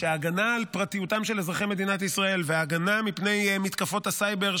שההגנה על פרטיותם של אזרחי מדינת ישראל וההגנה מפני מתקפות הסייבר,